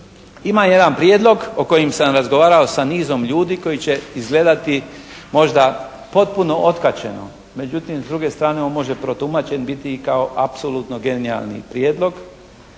Imam jedan prijedlog o kojem sam razgovarao sa nizom ljudi koji će izgledati možda potpuno otkačeno međutim s druge strane on može protumačen biti i kao apsolutno genijalni prijedlog,